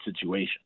situation